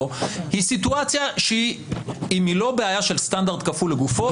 היא סיטואציה שאם היא לא בעיה של סטנדרט כפול לגופו,